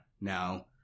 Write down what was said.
now